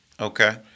Okay